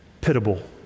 pitiable